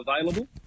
available